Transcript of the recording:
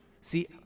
See